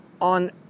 on